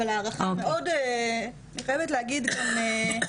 אבל ההערכה היא מאוד הייתי אומרת ואני חייבת להגיד גם "זהירה"